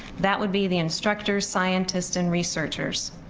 that would be the instructors, scientists and researchers.